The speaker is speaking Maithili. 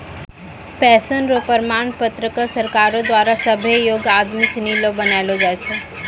पेंशन र प्रमाण पत्र क सरकारो द्वारा सभ्भे योग्य आदमी सिनी ल बनैलो जाय छै